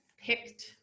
picked